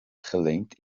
geleend